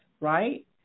right